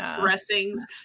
dressings